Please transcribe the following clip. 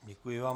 Děkuji vám.